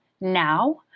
now